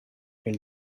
elle